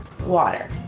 Water